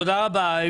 תודה רבה.